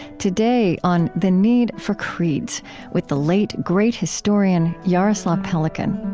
today, on the need for creeds with the late, great historian jaroslav pelikan